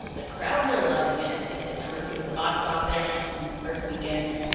the crowds are loving it. it hit number two at the box office in its first weekend.